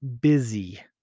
busy